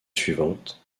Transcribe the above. suivantes